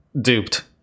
duped